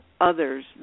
others